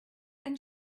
and